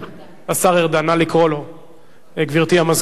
גברתי המזכירה, נא לקרוא לו.